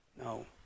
No